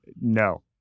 No